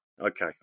Okay